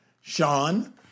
Sean